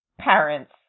parents